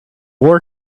war